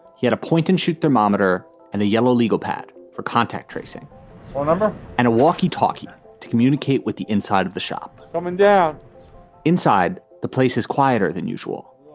he had a point and shoot the monitor and a yellow legal pad for contact tracing phone ah number and a walkie talkie to communicate with the inside of the shop. coming down inside the place is quieter than usual,